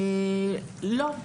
לא,